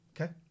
okay